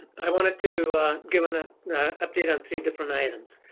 i wanted to give an ah update on three different items.